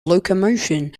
locomotion